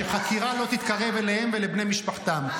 שחקירה לא תתקרב אליהם ולבני משפחתם.